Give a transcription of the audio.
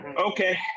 Okay